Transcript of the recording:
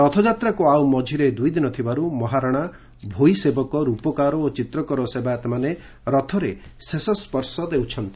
ରଥଯାତ୍ରାକୁ ଆଉ ମଝିରେ ଦୁଇଦିନ ଥିବାରୁ ମହାରଶା ଭୋଇସେବକ ରୂପକାର ଓ ଚିତ୍ରକର ସେବାୟତମାନେ ରଥରେ ଶେଷ ସ୍ୱର୍ଶ ଦେଉଛନ୍ତି